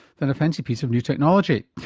than a fancy piece of new technology.